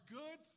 good